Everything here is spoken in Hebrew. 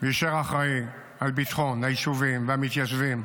ויישאר אחראי לביטחון היישובים והמתיישבים,